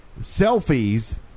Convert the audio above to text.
selfies